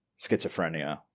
schizophrenia